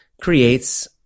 creates